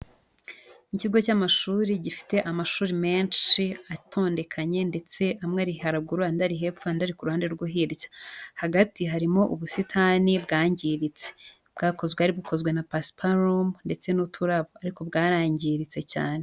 Ikigo cy'amashuri gifite amashuri menshi atondekanye ndetse amwe ari haraguru, anda ari hepfo andi ari ku ruhande rwo hirya, hagati harimo ubusitani bwangiritse, bwakozwe, bwari bukozwe na pasiparumu ndetse n'uturabo ariko bwarangiritse cyane.